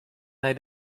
nei